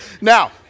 now